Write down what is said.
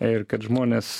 ir kad žmonės